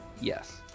Yes